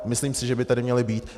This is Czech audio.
Myslím si, že by tady měli být.